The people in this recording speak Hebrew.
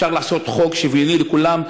אפשר לעשות חוק שוויוני לכולם.